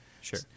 Sure